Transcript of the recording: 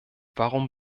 warum